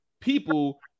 people